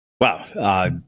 Wow